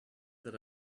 that